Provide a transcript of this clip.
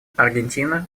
аргентина